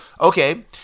okay